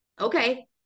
Okay